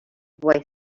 boy